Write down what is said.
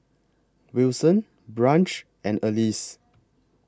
Wilson Branch and Alys